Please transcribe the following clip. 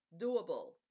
doable